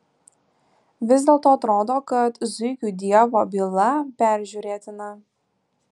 vis dėlto atrodo kad zuikių dievo byla peržiūrėtina